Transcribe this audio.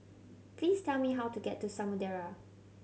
please tell me how to get to Samudera